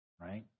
Right